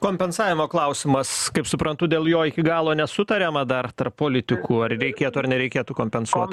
kompensavimo klausimas kaip suprantu dėl jo iki galo nesutariama dar tarp politikų ar reikėtų ar nereikėtų kompensuot